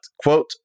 quote